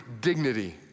dignity